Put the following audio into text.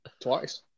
twice